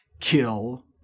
kill